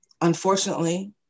unfortunately